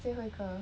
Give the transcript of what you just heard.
最后一个